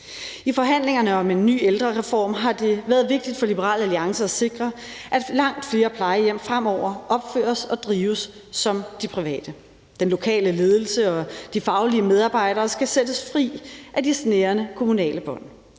I forhandlingerne om en ny ældrereform har det været vigtigt for Liberal Alliance at sikre, at langt flere plejehjem fremover opføres og drives som de private. Den lokale ledelse og de faglige medarbejdere skal sættes fri af de snærende kommunale bånd,